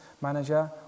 manager